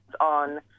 on